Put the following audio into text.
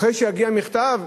אחרי שיגיע מכתב,